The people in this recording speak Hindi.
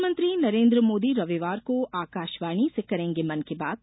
प्रधानमंत्री नरेन्द्र मोदी रविवार को आकाशवाणी से करेंगे मन की बात